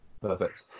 Perfect